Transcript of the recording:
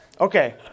Okay